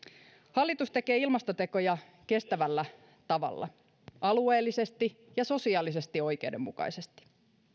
hallitus tekee ilmastotekoja kestävällä tavalla alueellisesti ja sosiaalisesti oikeudenmukaisesti